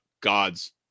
God's